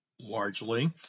largely